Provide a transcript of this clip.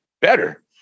better